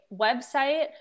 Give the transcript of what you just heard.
website